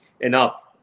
enough